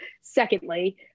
Secondly